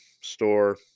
store